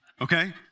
okay